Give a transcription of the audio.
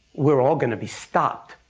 we're all going to be stopped,